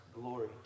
glory